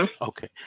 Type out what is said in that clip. Okay